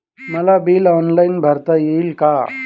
मला bill online भरता येईल का?